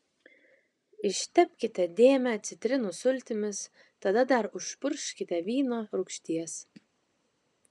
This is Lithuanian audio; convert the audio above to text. ištepkite dėmę citrinų sultimis tada dar užpurkškite vyno rūgšties